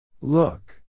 Look